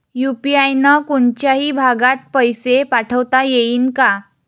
UPI न कोनच्याही भागात पैसे पाठवता येईन का?